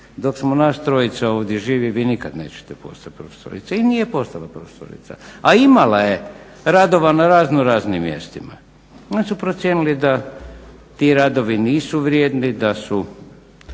dok smo nas trojica ovdje živi vi nikad nećete postati profesorica. I nije postala profesorica, a imala je radova na razno raznim mjestima. Oni su procijenili da ti radovi nisu vrijedni, da su